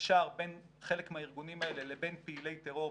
שקשר בין חלק מהארגונים האלה לבין פעילי טרור,